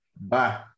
bye